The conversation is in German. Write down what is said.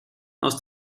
aus